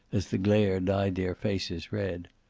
as the glare dyed their faces red.